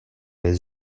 les